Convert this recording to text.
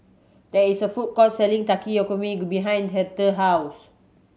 there is a food court selling Takikomi Gohan behind Hertha's house